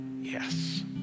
yes